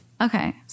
Okay